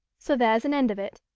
so there's an end of it.